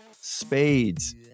spades